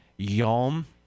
yom